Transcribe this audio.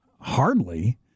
hardly